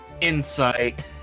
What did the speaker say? Insight